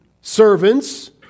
servants